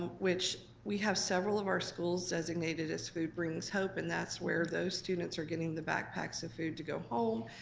ah which we have several of our schools designated as food brings hope, and that's where those students are getting the backpacks of food to go home,